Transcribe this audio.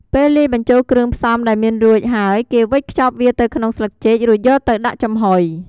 ពេលលាយបញ្ចូលគ្រឿងផ្សំដែលមានរួចហើយគេវេចខ្ចប់វាទៅក្នុងស្លឹកចេករួចយកទៅដាក់ចំហុយ។